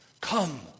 come